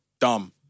dumb